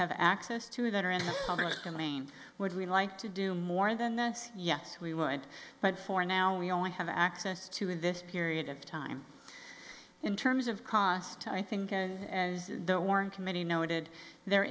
have access to that are in public domain would we like to do more than that yes we would but for now we only have access to in this period of time in terms of cost i think as the warren committee noted there